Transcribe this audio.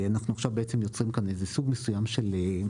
אנחנו מוצאים כאן איזה סוג מסוים של החמרה,